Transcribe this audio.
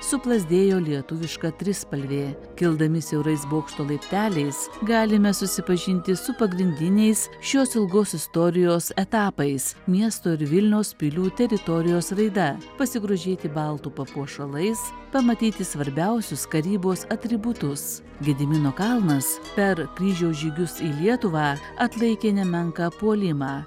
suplazdėjo lietuviška trispalvė kildami siaurais bokšto laipteliais galime susipažinti su pagrindiniais šios ilgos istorijos etapais miesto ir vilniaus pilių teritorijos raida pasigrožėti baltų papuošalais pamatyti svarbiausius karybos atributus gedimino kalnas per kryžiaus žygius į lietuvą atlaikė nemenką puolimą